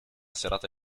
serata